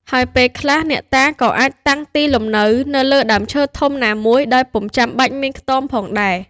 ហើយពេលខ្លះ អ្នកតាក៏អាចតាំងទីលំនៅនៅ លើដើមឈើធំណាមួយដោយពុំចាំបាច់មានខ្ទមផងដែរ។